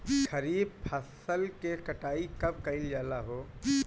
खरिफ फासल के कटाई कब कइल जाला हो?